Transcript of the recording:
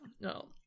no